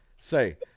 say